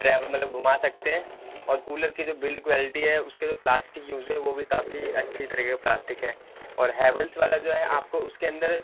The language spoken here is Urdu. ٹریویل مطلب گھما سکتے ہیں اور کولر کی جو بلڈ کولٹی ہے اس کے جو پلاسٹک یوز ہے وہ بھی کافی اچھی طرح کی پلاسٹک ہے اور ہیولس والا جو ہے آپ کو اس کے اندر